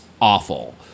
awful